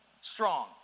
strong